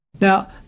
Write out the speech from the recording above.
Now